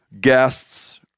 guests